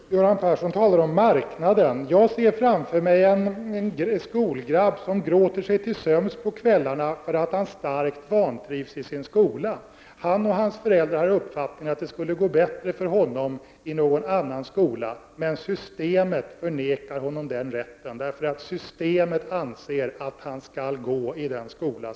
Herr talman! Göran Persson talar om ”marknaden”. Jag ser framför mig en skolgrabb som gråter sig till sömns på kvällarna därför att han starkt vantrivs i sin skola. Han och hans föräldrar har uppfattningen att det skulle gå bättre för honom i någon annan skola, men systemet förvägrar honom rätten att välja en annan skola.